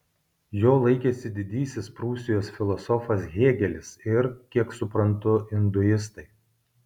jo laikėsi didysis prūsijos filosofas hėgelis ir kiek suprantu induistai